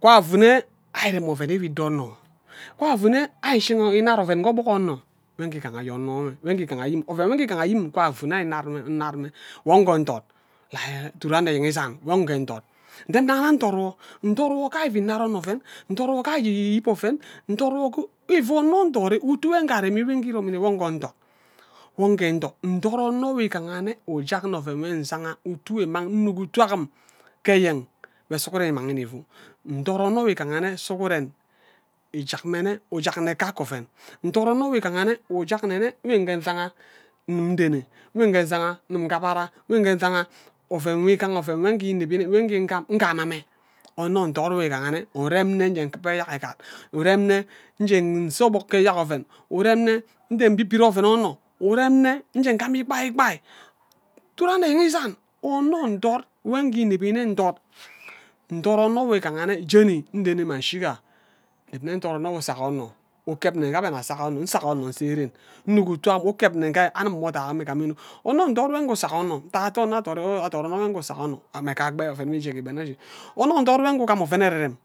kuda afune ari ran oven enwe idono kwa afune ari ishiga inad oven ke obok onno nwe nke igaha aye onno enw nwe nke igaha ayim oven nha ije igaha ayim nkwa nfu nne nnad ewe wo nje ndat lie duduk anno enyeng izan wo eje ndat nden nna ahana ndo wo ndo wo ke ari je inad anno oven ndo wo jari ije iwip oven ndod wo ke ifu onno ndori utu nwo gai rani nwo ije iromi nne wo ngor ndort wo nke ndort ndo wo onno nwo iguha nne ujak oven nwo nza ghe utu nwo mmang nnuk utu agim ke enyeng wo sughuren imang nne ifu ndo onno wo igaha nne sughuren ijak mme nne ujak nne kake oven ndort onno nwo igaha nne ujak nne nne wo nghe nzaga ndim ndene wo nke nzang ngabara nwo nke nzang even wo igaha oven engi ineb wo ngama mme onno ndort nwo igaha nne urem nne nghe nkiba eyak egard urem nne nje nso obok ke eyak oven urem nne ije nbibire oven onno urem nne nje agimi igbai igbai duru anne enyeng isan onno ndort nwo nki inebii nne ndort ndort onno nwo igaha nne jeni ndene mma nshiga nneb nne ndort onno nwo usak onno ukeb nne nke abhe anna azak onno nsak onno nse ren nnuk utu am ukeb nne nke anim mme odai ayim igami innuk onno ndort enue usak onno ntak ate onno adort ri nwo ewe usak onno mme gha igabe oven nwo ije ke igben aje onno ndo nwo nje ugam oven ererem